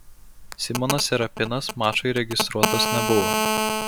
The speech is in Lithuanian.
simonas serapinas mačui registruotas nebuvo